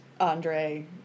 Andre